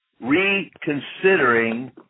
reconsidering